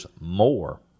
more